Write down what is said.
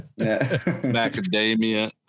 Macadamia